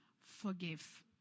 forgive